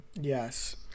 yes